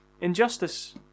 Injustice